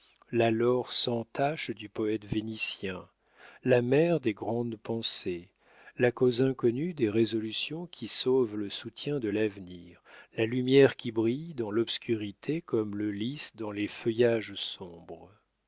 la laure sans tache du poète vénitien la mère des grandes pensées la cause inconnue des résolutions qui sauvent le soutien de l'avenir la lumière qui brille dans l'obscurité comme le lys dans les feuillages sombres